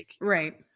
Right